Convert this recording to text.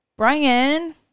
Brian